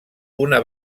una